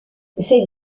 ses